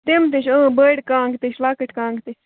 تِم تہِ چھِ اۭں بٔڈۍ کَنٛگ تہِ چھِ لۄکٕٹۍ کَنٛگ تہِ